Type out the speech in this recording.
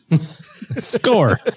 Score